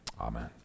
amen